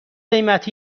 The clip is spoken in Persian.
قیمت